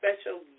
special